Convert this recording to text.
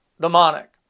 demonic